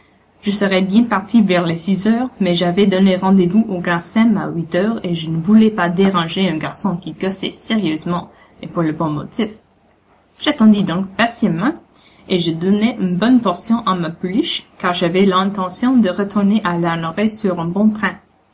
je serais bien parti vers les six heures mais j'avais donné rendez-vous au grand sem à huit heures et je ne voulais pas déranger un garçon qui gossait sérieusement et pour le bon motif j'attendis donc patiemment et je donnai une bonne portion à ma pouliche car j'avais l'intention de retourner à lanoraie sur un bon train